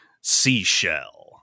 seashell